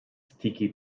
sticky